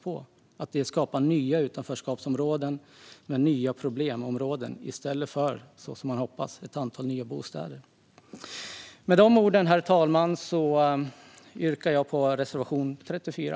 Vi anser att det skapar nya utanförskapsområden och nya problemområden i stället för, som man hoppas, ett antal nya bostäder. Herr talman! Med dessa ord yrkar jag bifall till reservation 34.